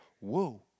Whoa